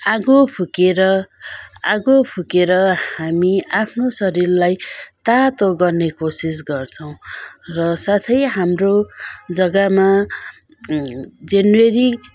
आगो फुकेर आगो फुकेर हामी आफ्नो शरीरलाई तातो गर्ने कोसिस गर्छौँ र साथै हाम्रो जग्गामा जनवरी